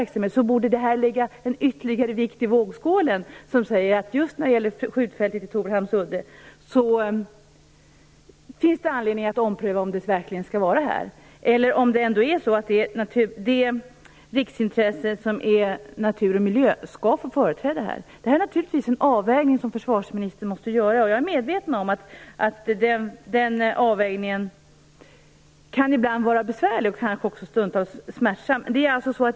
Det borde ligga som en ytterligare vikt i vågskålen. Just när det gäller skjutfältet på Torhamns udde finns det anledning att ompröva om det verkligen skall vara där, eller om det riksintresse som utgörs av natur och miljö här skall få företräde. Detta är naturligtvis avvägning som försvarsministern måste göra. Jag är medveten om att den avvägningen ibland kan vara besvärlig och stundtals kanske också smärtsam.